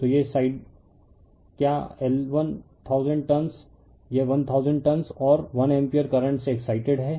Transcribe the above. तो यह साइडर क्या L1000 टर्नस यह 1000 टर्नस और 1 एम्पीयर करंट से एक्साइटेड है